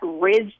ridge